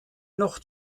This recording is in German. noch